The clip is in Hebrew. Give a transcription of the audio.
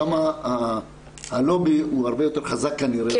שמה הלובי הוא הרבה יותר חזק כנראה,